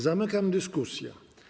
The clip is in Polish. Zamykam dyskusję.